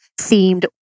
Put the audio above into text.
themed